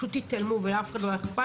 פשוט התעלמו ולאף אחד לא היה אכפת.